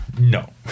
No